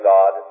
God